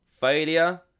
failure